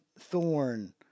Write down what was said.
thorn